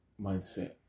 mindset